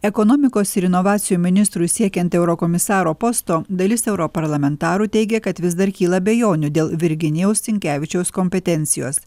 ekonomikos ir inovacijų ministrui siekiant eurokomisaro posto dalis europarlamentarų teigia kad vis dar kyla abejonių dėl virginijaus sinkevičiaus kompetencijos